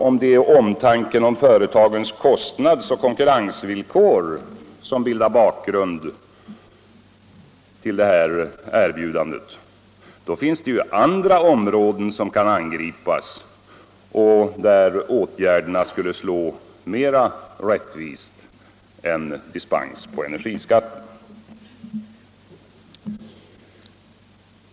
Om det är omtanken om företagens kostnadsoch konkurrensvillkor som bildar bakgrund till detta erbjudande, borde regeringen ha tänkt på att det också finns andra områden som kan angripas och där åtgärderna skulle slå mera rättvist än en dispens från energiskatten.